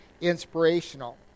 inspirational